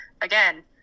Again